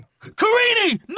Karini